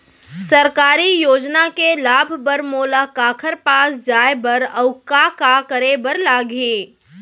सरकारी योजना के लाभ बर मोला काखर पास जाए बर अऊ का का करे बर लागही?